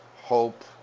Hope